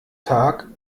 tag